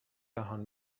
دهان